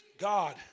God